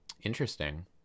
interesting